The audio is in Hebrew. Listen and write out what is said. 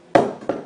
אבל, דעתך מעניינת.